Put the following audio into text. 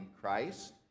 Christ